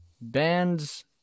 bands